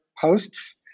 posts